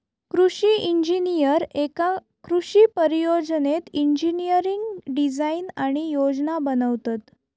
कृषि इंजिनीयर एका कृषि परियोजनेत इंजिनियरिंग डिझाईन आणि योजना बनवतत